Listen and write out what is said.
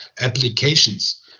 applications